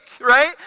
right